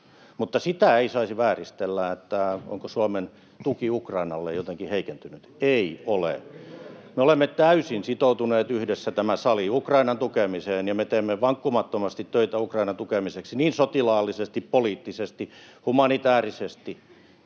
mutta sitä ei saisi vääristellä, onko Suomen tuki Ukrainalle jotenkin heikentynyt. Ei ole. [Perussuomalaisten ryhmästä: Juuri näin!] Me olemme täysin sitoutuneet yhdessä tässä salissa Ukrainan tukemiseen, ja me teemme vankkumattomasti töitä Ukrainan tukemiseksi niin sotilaallisesti, poliittisesti, humanitäärisesti